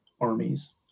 armies